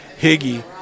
Higgy